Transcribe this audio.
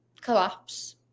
collapse